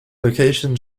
location